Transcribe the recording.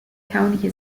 county